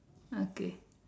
okay